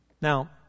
Now